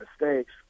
mistakes